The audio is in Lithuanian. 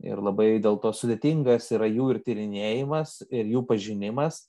ir labai dėl to sudėtingas yra jų ir tyrinėjimas ir jų pažinimas